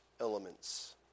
elements